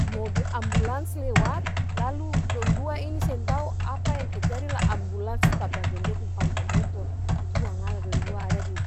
Mobil ambulans lewat lalu dong dua ini seng tau apa yang terjadi lah ambulans su tabrak dong dua pung panta motor. Tuangala dong dua ada di